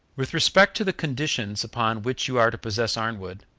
with respect to the conditions upon which you are to possess arnwood,